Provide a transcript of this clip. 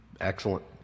Excellent